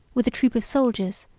with a troop of soldiers,